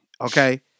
Okay